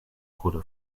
called